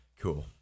Cool